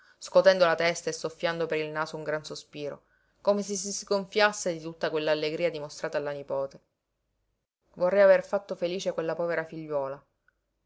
scotendo la testa e soffiando per il naso un gran sospiro come se si sgonfiasse di tutta quell'allegria dimostrata alla nipote vorrei aver fatto felice quella povera figliuola